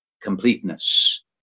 completeness